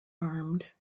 armed